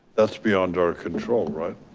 that's beyond our control, right?